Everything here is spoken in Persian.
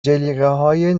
جلیقههای